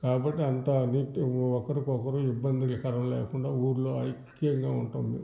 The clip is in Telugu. కాబట్టి అంతా నీట్ ఒకరికొకరు ఇబ్బందికరం లేకుండా ఊళ్ళో ఐక్యంగా ఉంటాం మేము